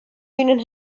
union